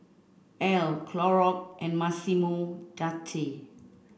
Elle Clorox and Massimo Dutti